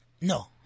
No